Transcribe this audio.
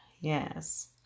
Yes